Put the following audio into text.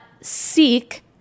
Seek